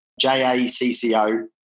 J-A-C-C-O